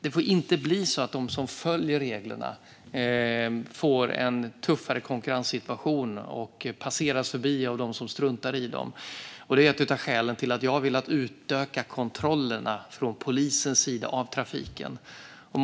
Det får inte bli så att de som följer reglerna får en tuffare konkurrenssituation och passeras förbi av dem som struntar i dem. Det är ett av skälen till att jag har velat utöka kontrollerna av trafiken från polisens sida.